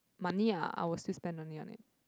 money ah I will still spend money on it